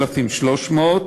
בלע ואנטישמיות